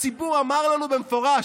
הציבור אמר לנו במפורש,